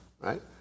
right